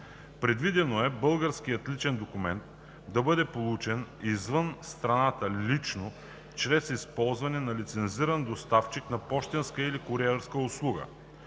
Предвидено е българският личен документ да бъде получен извън страната лично чрез използване на лицензиран доставчик на пощенска или куриерска услуга.